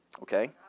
okay